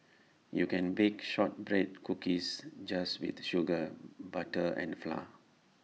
you can bake Shortbread Cookies just with sugar butter and flour